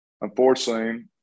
unfortunately